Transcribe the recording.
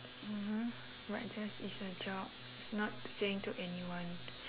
mmhmm but just it's a job not saying to anyone